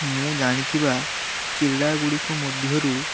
ମୁଁ ଜାଣିଥିବା କ୍ରୀଡ଼ା ଗୁଡ଼ିକ ମଧ୍ୟରୁ